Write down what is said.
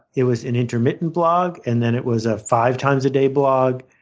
it was an intermittent blog, and then it was a five times a day blog.